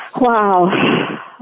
Wow